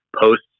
posts